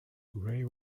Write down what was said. grey